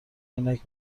عینک